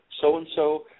so-and-so